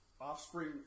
offspring